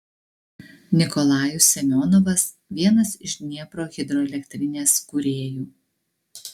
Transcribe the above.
nikolajus semionovas vienas iš dniepro hidroelektrinės kūrėjų